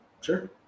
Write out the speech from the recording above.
Sure